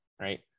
right